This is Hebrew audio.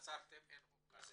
שאין חוק כזה.